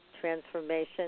transformation